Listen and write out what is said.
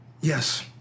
Yes